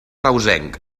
reusenc